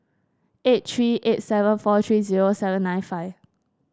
eight three eight seven four three zero seven nine five